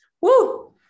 Woo